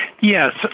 Yes